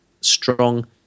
strong